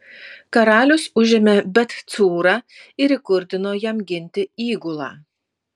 karalius užėmė bet cūrą ir įkurdino jam ginti įgulą